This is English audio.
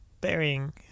burying